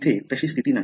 इथे तशी स्थिती नाही